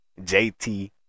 jt